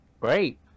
Great